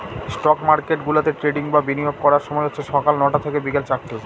stock market গুলাতে trading বা বিনিয়োগ করার সময় হচ্ছে সকাল নটা থেকে বিকেল চারটে